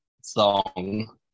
song